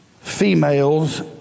females